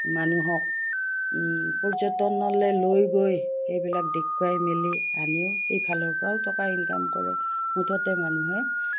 মানুহক পৰ্যটনলৈ লৈ গৈ সেইবিলাক দেখুৱাই মেলি আনিও সেইফালৰপৰাও টকা ইনকাম কৰে মুঠতে মানুহে